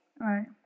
Right